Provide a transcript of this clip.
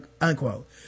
unquote